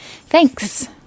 Thanks